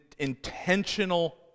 intentional